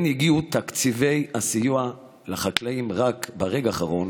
שבהן הגיעו תקציבי הסיוע לחקלאים רק ברגע האחרון,